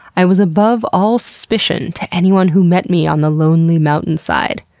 i was above all suspicion to anyone who met me on the lonely mountain side.